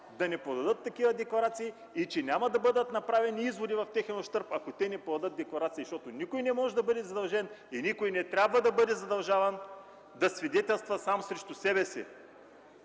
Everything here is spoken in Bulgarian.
да не подават такива декларации и че няма да бъдат направени изводи в техен ущърб, ако те не подадат декларации. Никой не може да бъде задължен и никой не трябва да бъде задължаван да свидетелства сам срещу себе си